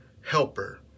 helper